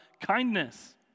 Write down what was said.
kindness